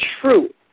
true